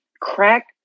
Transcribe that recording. Crack